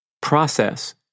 process